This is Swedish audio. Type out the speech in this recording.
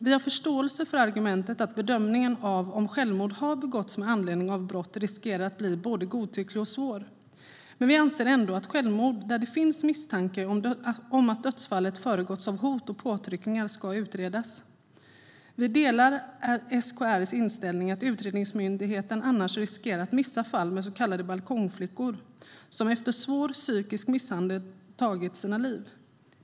Vi har förståelse för argumentet att bedömningen av om självmord har begåtts med anledning av brott riskerar att bli både godtycklig och svår. Men vi anser ändå att självmord där det finns misstanke om att dödsfallet föregåtts av hot och påtryckningar ska utredas. Vi delar SKR:s inställning att utredningsmyndigheten annars riskerar att missa fall med så kallade balkongflickor som efter svår psykisk misshandel tagit sina liv.